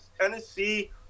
Tennessee